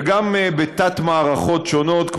וגם בתת-מערכות שונות,